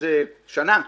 איזה שנת ייצור,